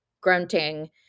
grunting